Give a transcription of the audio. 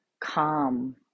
calm